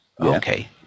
Okay